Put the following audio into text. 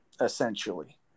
essentially